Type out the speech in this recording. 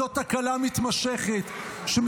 זאת תקלה מתמשכת לאורך שנים,